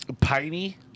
piney